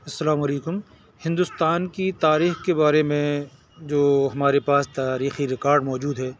السّلام علیکم ہندوستان کی تاریخ کے بارے میں جو ہمارے پاس تاریخی ریکارڈ موجود ہے